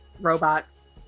robots